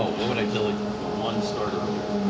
oh, what would i tell, well one start earlier.